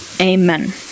Amen